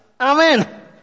Amen